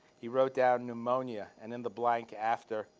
he wrote down pneumonia, and in the blank after,